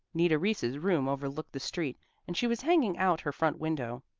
nita reese's room overlooked the street and she was hanging out her front window.